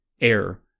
Air